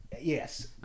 Yes